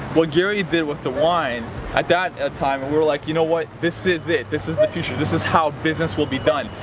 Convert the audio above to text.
what gary did with the wine, at that a time, we're like, you know what, this is it, this is the future, this is how business will be done.